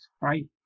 right